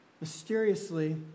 mysteriously